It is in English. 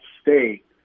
state